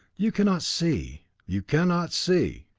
you cannot see you cannot see.